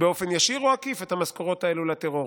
באופן ישיר או עקיף את המשכורות האלה לטרור.